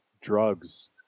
drugs